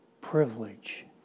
privilege